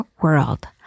world